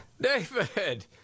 David